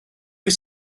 wyt